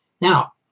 Now